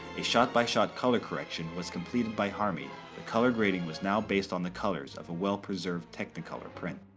a shot-by-shot color correction was completed by harmy. the color grading was now based on the colors of a well-preserved technicolor print.